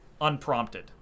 unprompted